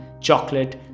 Chocolate